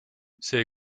see